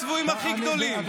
אתם הצבועים הכי גדולים.